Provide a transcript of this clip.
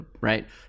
right